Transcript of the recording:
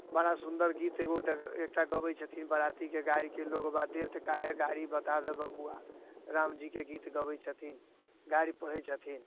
बड़ा सुन्दर गीत एगो डगर एकटा गबै छथिन बरातीके गारिके लोगबा देत काहे गारी बता दऽ बबुआ रामजीके गीत गबै छथिन गारि पढ़ै छथिन